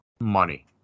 money